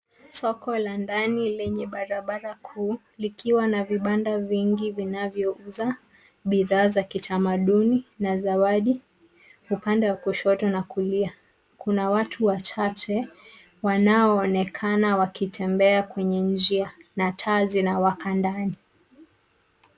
Soko la ndani lenye barabara kuu likiwa na vibanda vingi vinavyouza bidhaa za kitamanduni na zawadi upande wa kushoto na kulia. Kuna watu wachache wanaonekana wakitembea kwenye njia na taa zinawaka ndani.